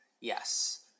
yes